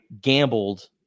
gambled